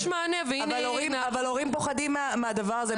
אבל הורים פוחדים מהדבר הזה,